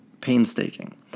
painstaking